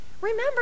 Remember